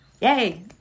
Yay